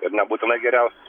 ir nebūtinai geriausius